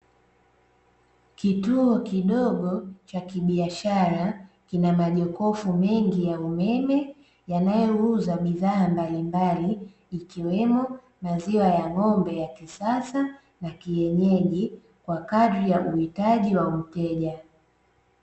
Kituo kidogo cha kibiashara kina majokofu mengi ya umeme yanayouza bidhaa mbalimbali, ikiwemo maziwa ya ng'ombe ya kisasa na kienyeji, kwa kadri ya uhitaji wa mteja.